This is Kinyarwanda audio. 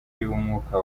y’umwuka